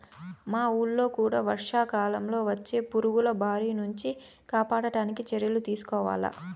మా వూళ్ళో కూడా వర్షాకాలంలో వచ్చే పురుగుల బారి నుంచి కాపాడడానికి చర్యలు తీసుకోవాల